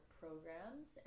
programs